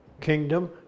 kingdom